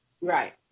Right